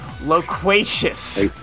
Loquacious